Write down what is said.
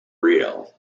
real